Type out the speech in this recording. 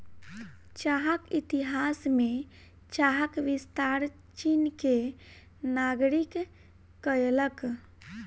चाहक इतिहास में चाहक विस्तार चीन के नागरिक कयलक